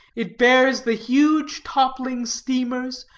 it bears the huge toppling steamers,